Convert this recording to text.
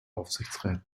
aufsichtsräten